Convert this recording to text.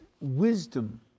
Wisdom